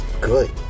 Good